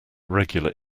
regular